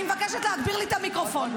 אני מבקשת להגביר לי את המיקרופון.